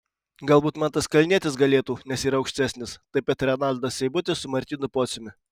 galbūt mantas kalnietis galėtų nes yra aukštesnis taip pat renaldas seibutis su martynu pociumi